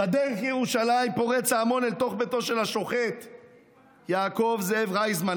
"בדרך לירושלים פורץ ההמון אל תוך ביתו של השוחט יעקב זאב רייזמן,